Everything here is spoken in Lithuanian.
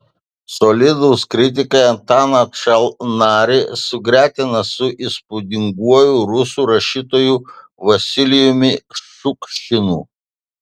solidūs kritikai antaną čalnarį sugretina su įspūdinguoju rusų rašytoju vasilijumi šukšinu